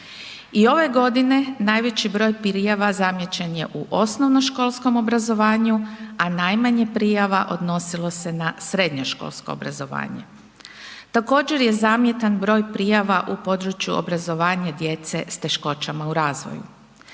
I ove godine najveći broj prijava zamijećen je u osnovnoškolskom obrazovanju a najmanje prijava odnosilo se na srednjoškolsko obrazovanje. Također je zamjetan broj prijava u području obrazovanja djece s teškoćama u razvoju.